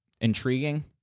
intriguing